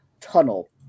tunnel